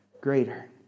greater